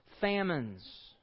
famines